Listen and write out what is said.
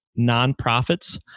nonprofits